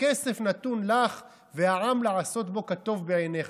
"הכסף נתון לך והעם לעשות בו כטוב בעיניך".